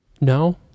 No